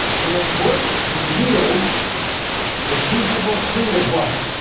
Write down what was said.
and it works and yields the peaceable fruit of what